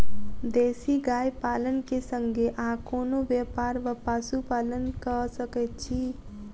देसी गाय पालन केँ संगे आ कोनों व्यापार वा पशुपालन कऽ सकैत छी?